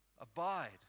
Abide